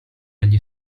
agli